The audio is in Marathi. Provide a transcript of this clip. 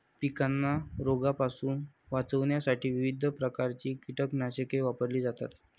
पिकांना रोगांपासून वाचवण्यासाठी विविध प्रकारची कीटकनाशके वापरली जातात